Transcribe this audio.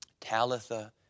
Talitha